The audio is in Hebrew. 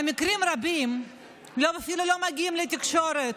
מקרים רבים אפילו לא מגיעים לתקשורת.